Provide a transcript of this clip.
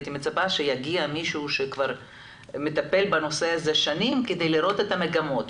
הייתי מצפה שיגיע מישהו שכבר מטפל בנושא הזה שנים כדי לראות את המגמות.